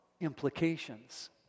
implications